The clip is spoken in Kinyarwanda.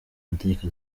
amategeko